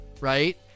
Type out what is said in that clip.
Right